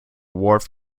wharf